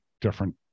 different